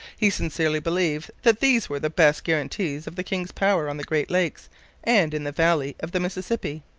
he sincerely believed that these were the best guarantees of the king's power on the great lakes and in the valley of the mississippi.